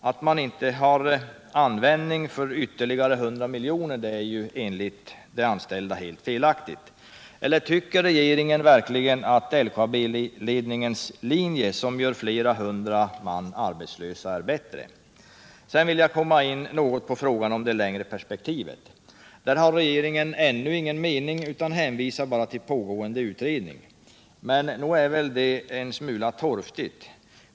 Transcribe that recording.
Att man inte har användning för ytterligare 100 milj.kr. är ju enligt de anställda helt felaktigt. Eller tycker regeringen verkligen att LKAB-ledningens linje som gör flera hundra man arbetslösa är bättre? Sedan vill jag komma in något på frågan om det längre perspektivet. Där har regeringen ännu ingen mening utan hänvisar bara till pågående Nr 114 utredning. Men nog är väl det en smula torftigt.